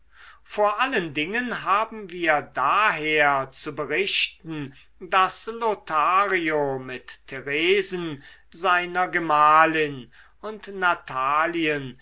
vor allen dingen haben wir daher zu berichten daß lothario mit theresen seiner gemahlin und natalien